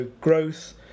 growth